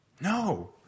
no